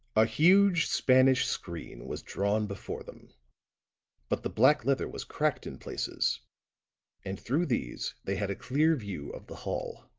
a huge spanish screen was drawn before them but the black leather was cracked in places and through these they had a clear view of the hall.